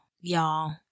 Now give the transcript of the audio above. y'all